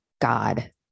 God